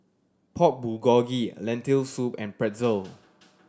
Pork Bulgogi Lentil Soup and Pretzel